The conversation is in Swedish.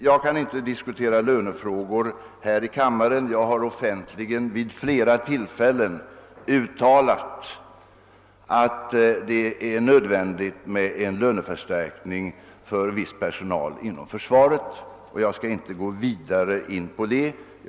Jag skall inte diskutera lönefrågor här i kammaren. Vid flera tillfällen har jag offentligen uttalat, att en löneförstärkning är nödvändig för viss personal inom försvaret, men jag skall inte närmare gå in på den frågan.